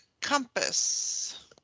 compass